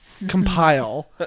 compile